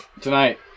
tonight